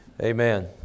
Amen